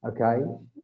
okay